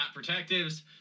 protectives